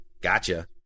Gotcha